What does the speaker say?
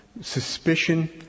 Suspicion